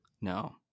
No